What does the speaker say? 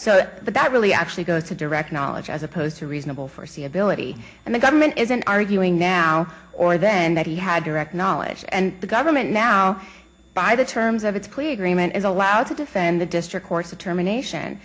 so that really actually it's a direct knowledge as opposed to reasonable foreseeability and the government isn't arguing now or then that he had direct knowledge and the government now by the terms of its plea agreement is allowed to defend the district courts of termination